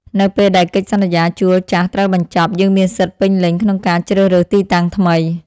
នៅពេលដែលកិច្ចសន្យាជួលចាស់ត្រូវបញ្ចប់ យើងមានសិទ្ធិពេញលេញក្នុងការជ្រើសរើសទីតាំងថ្មី។